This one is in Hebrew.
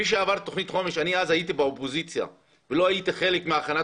תוכנית חומש אני הייתי אז באופוזיציה ולא הייתי חלק מהכנת